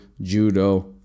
judo